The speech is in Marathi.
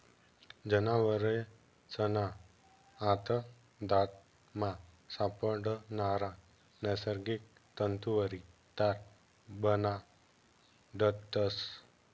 जनावरेसना आतडामा सापडणारा नैसर्गिक तंतुवरी तार बनाडतस